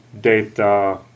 data